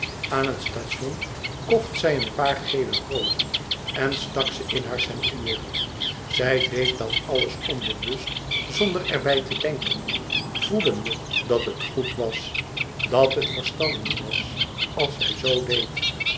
aan een station kocht zij een paar gele rozen en stak ze in haar ceintuur zij deed dat alles onbewust zonder er bij te denken voelende dat het goed was dat het verstandig was als zij zoo deed